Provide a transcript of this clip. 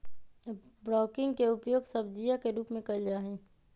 broccoli के उपयोग सब्जीया के रूप में कइल जाहई